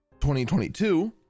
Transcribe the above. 2022